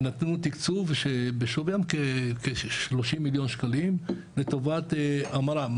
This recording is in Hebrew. נתנו תקצוב שבשווי כ-30 מיליון שקלים לטובת המרה,